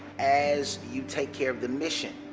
as you take care of the mission,